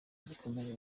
gikomeje